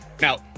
now